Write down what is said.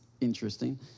interesting